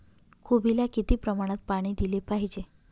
कोबीला किती प्रमाणात पाणी दिले पाहिजे?